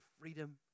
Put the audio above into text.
freedom